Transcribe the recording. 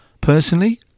Personally